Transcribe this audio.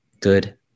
good